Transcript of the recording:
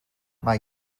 mae